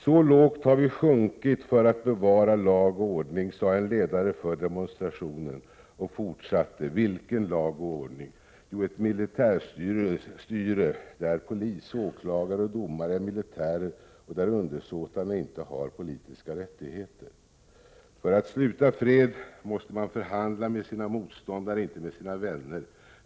— Så lågt har vi sjunkit för att bevara lag och ordning, sade en ledare för demonstrationen och fortsatte: Vilken lag och ordning? Jo, ett militärstyre, där polis, åklagare och domare är militärer och där undersåtarna inte har politiska rättigheter. För att sluta fred måste man förhandla med sina motståndare, inte med sina vänner.